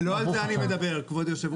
לא, לא על זה אני מדבר, כבוד היושב-ראש.